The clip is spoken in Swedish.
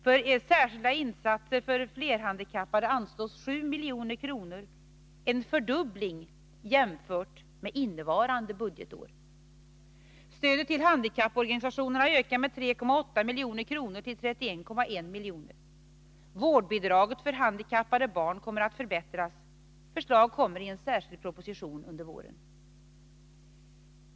För särskilda insatser för flerhandikappade anslås 7 milj.kr. — en fördubbling jämfört med innevarande budgetår. Stödet till handikapporganisationer ökar med 3,8 milj.kr. till 31,1 miljoner. Vårdbidraget för handikappade barn kommer att förbättras — förslag kommer i en särskild proposition i vår.